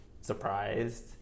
surprised